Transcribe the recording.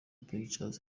pictures